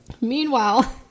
Meanwhile